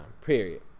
Period